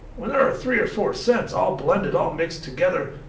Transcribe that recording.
when there are three or four scents all blended, all mixed together,